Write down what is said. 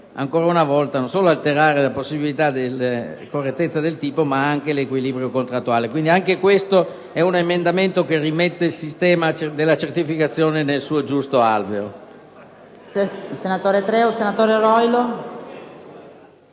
ancora una volta, non solo alterare le possibilità di correttezza del tipo, ma anche l'equilibrio contrattuale. Quindi, anche questo emendamento è teso a riportare il sistema della certificazione nel suo giusto alveo.